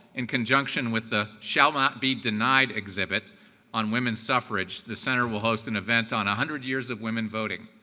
in conjunction with the shall not be denied exhibit on women's suffrage, the center will host an event on one hundred years of women voting.